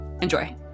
Enjoy